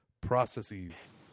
processes